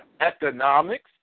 economics